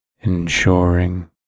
Ensuring